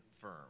firm